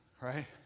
right